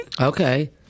okay